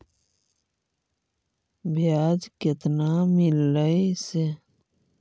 बियाज केतना मिललय से?